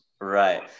right